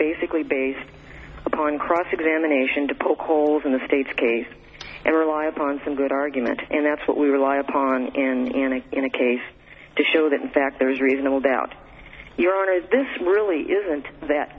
basically based upon cross examination to poke holes in the state's case and rely upon some good argument and that's what we rely upon in an a in a case to show that in fact there is reasonable doubt your honor this really isn't that